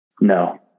No